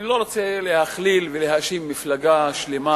ואני לא רוצה להכליל ולהאשים מפלגה שלמה,